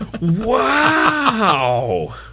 Wow